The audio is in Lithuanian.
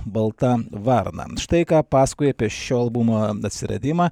balta varna štai ką pasakoja apie šio albumo atsiradimą